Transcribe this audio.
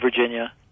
Virginia